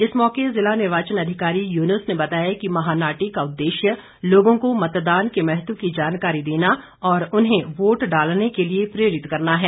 इस मौके जिला निर्वाचन अधिकारी यूनुस ने बताया कि महानाटी का उद्देश्य लोगों को मतदान के महत्व की जानकारी देना और उन्हें वोट डालने के लिए प्रेरित करना है